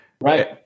Right